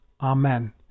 Amen